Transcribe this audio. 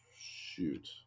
shoot